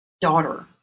daughter